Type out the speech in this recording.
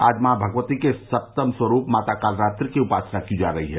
आज मॉ भगवती के सप्तम स्वरूप माता कालरात्रि की उपासना की जा रही है